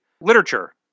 literature